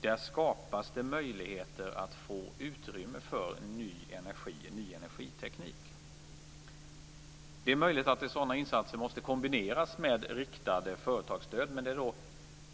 Där skapas det möjligheter att få utrymme för ny energi och ny energiteknik. Det är möjligt att sådana insatser måste kombineras med riktade företagsstöd. Men det är